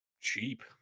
cheap